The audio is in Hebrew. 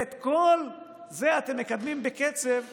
את כל זה אתם מקדמים בקצב סופר-מהיר,